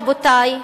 רבותי,